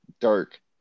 Dark